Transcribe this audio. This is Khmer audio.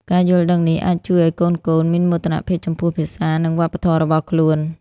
ការយល់ដឹងនេះអាចជួយឱ្យកូនៗមានមោទនភាពចំពោះភាសា និងវប្បធម៌របស់ខ្លួន។